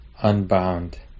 unbound